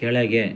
ಕೆಳಗೆ